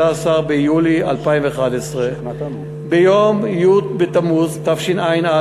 16 ביולי 2011. ביום י' בתמוז התשע"א,